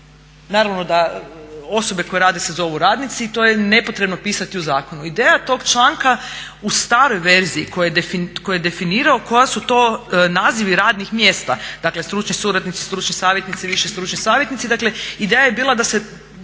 Naravno da osobe koje rade se zovu radnici i to je nepotrebno pisati u zakonu. Ideja tog članka u staroj verziji koji je definirao koji su to nazivi radnih mjesta dakle stručni suradnici, stručni savjetnici, viši stručni savjetnici ideja je bila da je